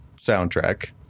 soundtrack